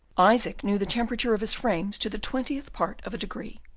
isaac knew the temperature of his frames to the twentieth part of a degree.